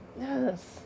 Yes